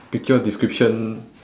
picture description